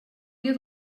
dia